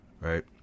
Right